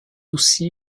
aussi